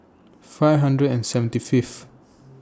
five hundred and seventy Fifth